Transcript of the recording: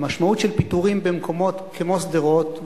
המשמעות של פיטורים במקומות כמו שדרות,